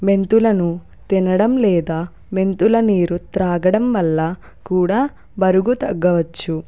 మెంతులను తినడం లేదా మెంతుల నీరు త్రాగడం వల్ల కూడా బరుగు తగ్గవచ్చు